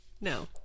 no